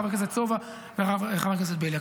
חבר הכנסת סובה וחבר הכנסת בליאק.